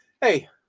Hey